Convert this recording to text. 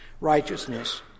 righteousness